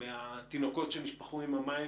מהתינוקות שנשפכו עם המים,